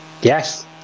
Yes